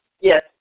Yes